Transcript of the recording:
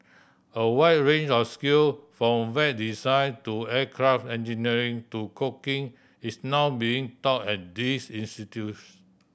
a wide range of skill from Web design to aircraft engineering to cooking is now being taught at these institution